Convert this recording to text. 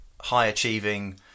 high-achieving